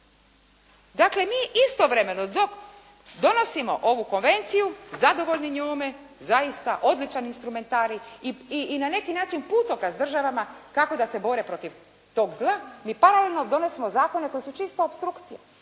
Dakle, mi istovremeno dok donosimo ovu konvenciju, zadovoljni njome, zaista odličan instrumentarij i na neki način putokaz državama kako da se bore protiv tog zla, mi paralelno donosimo zakone koji su čista opstrukcija